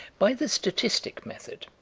by the statistic method,